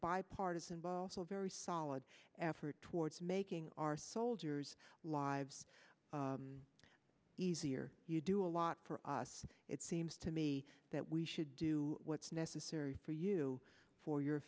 bipartisan volatile very solid effort towards making our soldiers lives easier you do a lot for us it seems to me that we should do what's necessary for you for your